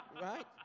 Right